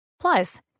Plus